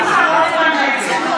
הסתיימה ההצבעה.